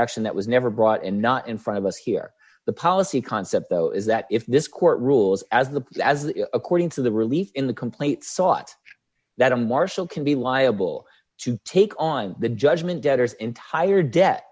action that was never brought in not in front of us here the policy concept though is that if this court rules as the as according to the relief in the complaint sought that a marshal can be liable to take on the judgment debtors entire debt